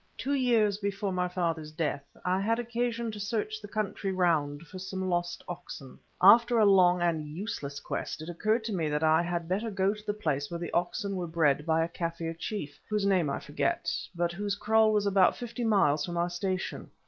two years before my father's death i had occasion to search the country round for some lost oxen. after a long and useless quest it occurred to me that i had better go to the place where the oxen were bred by a kaffir chief, whose name i forget, but whose kraal was about fifty miles from our station.